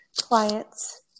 clients